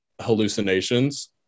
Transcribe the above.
hallucinations